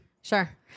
Sure